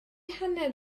hanner